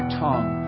tongue